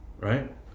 right